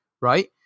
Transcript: right